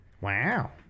Wow